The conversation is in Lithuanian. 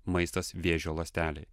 maistas vėžio ląstelei